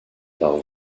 part